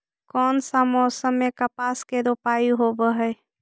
कोन सा मोसम मे कपास के रोपाई होबहय?